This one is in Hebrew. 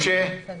משה.